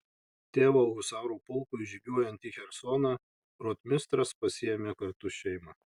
tėvo husarų pulkui žygiuojant į chersoną rotmistras pasiėmė kartu šeimą